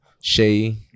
shay